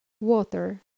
water